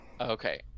Okay